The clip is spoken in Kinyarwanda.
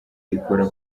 ikora